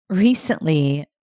Recently